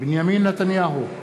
בנימין נתניהו,